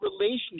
relationship